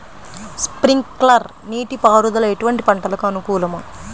Sprinkler నీటిపారుదల ఎటువంటి పంటలకు అనుకూలము?